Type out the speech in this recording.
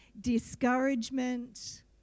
discouragement